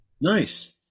Nice